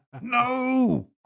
No